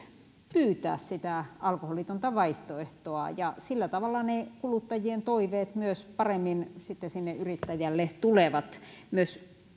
pyytää sitä alkoholitonta vaihtoehtoa sillä tavalla ne kuluttajien toiveet myös paremmin yrittäjälle tulevat myös